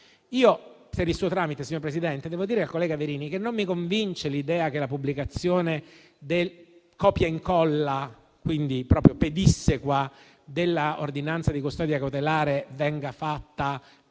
Per il suo tramite, signor Presidente, devo dire al collega Verini che non mi convince l'idea che la pubblicazione del copia e incolla (quindi proprio pedissequa) di un'ordinanza di custodia cautelare venga fatta